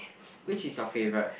which is your favourite